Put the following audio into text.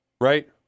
Right